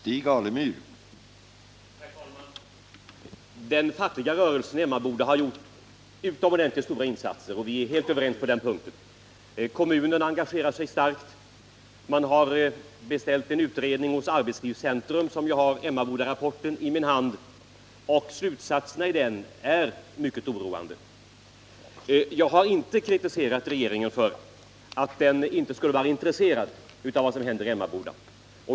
Herr talman! Den fackliga rörelsen i Emmaboda har gjort utomordentligt stora insatser. Vi är helt överens på den punkt2n. Också kommunen har engagerat sig starkt. Den har beställt en utredning hos Arbetslivscentrum. Jag har Emmabodarapporten i min hand, och slutsatserna i den är mycket oroande. Jag har inte kritiserat regeringen för att den inte skulle vara intresserad av | vad som händer i Emmaboda.